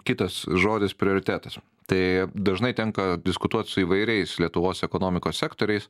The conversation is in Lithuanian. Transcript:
kitas žodis prioritetas tai dažnai tenka diskutuot su įvairiais lietuvos ekonomikos sektoriais